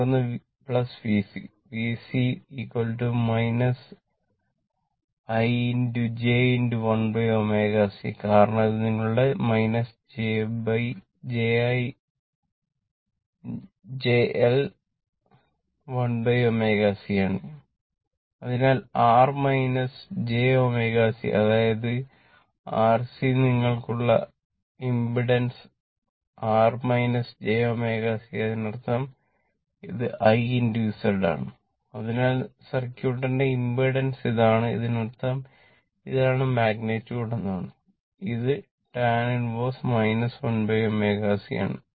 തുടർന്ന് VC VC I j 1 ω c കാരണം ഇത് നിങ്ങളുടെ j I 1 ω c ആണ് അതിനാൽ R j ω c അതായത് RC സർക്യൂട്ടിനുള്ള ഇമ്പിഡൻസ് R j ω c അതിനർത്ഥം ഇത് I Z ആണ്